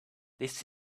this